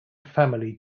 family